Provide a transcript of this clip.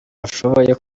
bashoboye